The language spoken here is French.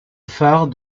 phare